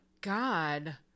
God